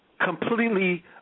completely